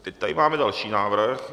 Teď tady máme další návrh.